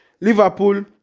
Liverpool